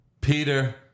Peter